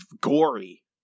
gory